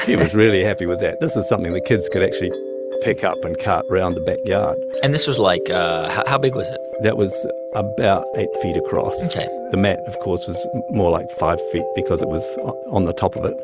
was really happy with that. this is something the kids could actually pick up and cut around the back yard and this was, like how how big was it? that was about eight feet across ok the mat, of course, was more like five feet because it was on the top of it.